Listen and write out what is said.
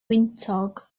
wyntog